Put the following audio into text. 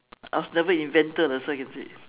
I was never inventor that's what I can say